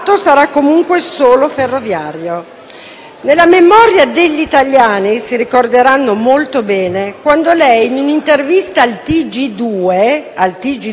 Nella memoria, gli italiani ricorderanno molto bene quando lei, in un'intervista al TG2 Motori, disse